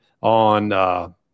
on